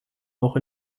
auch